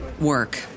work